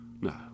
no